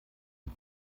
den